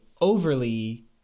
overly